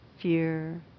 fear